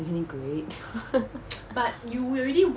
isn't it great